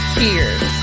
Cheers